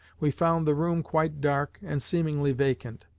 we found the room quite dark, and seemingly vacant.